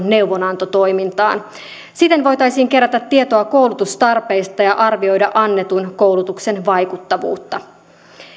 neuvonantotoimintaan siten voitaisiin kerätä tietoa koulutustarpeista ja arvioida annetun koulutuksen vaikuttavuutta